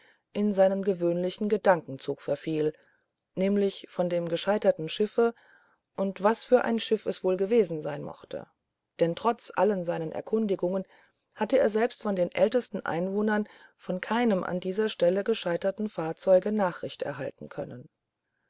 in seinen gewöhnlichen gedankenzug verfiel nämlich von dem gescheiterten schiffe und was für ein schiff es wohl gewesen sein mochte denn trotz allen seinen erkundigungen hatte er selbst von den ältesten einwohnern von keinem an dieser stelle gescheiterten fahrzeuge nachricht erhalten können